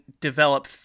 develop